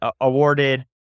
awarded